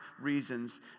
reasons